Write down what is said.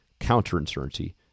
counterinsurgency